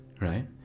right